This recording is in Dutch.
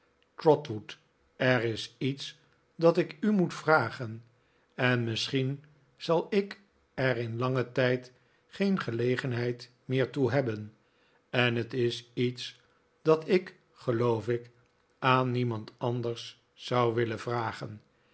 trotwood er is iets dat ik u moet vragen en misschien zal ik er in langen tijd geen gelegenheid meer toe hebben en het is iets dat ik geloof ik aan niemand anders zou willen vragen